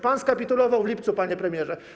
Pan skapitulował w lipcu, panie premierze.